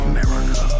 America